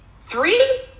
three